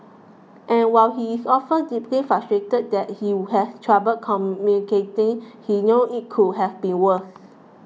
and while he is often deeply frustrated that he has trouble communicating he know it could have been worse